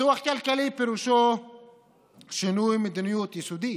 פיתוח כלכלי פירושו שינוי מדיניות יסודי.